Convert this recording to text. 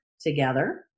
together